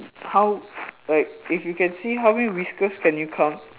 how like if you can see how many whiskers can you count